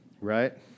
right